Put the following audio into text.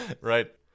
Right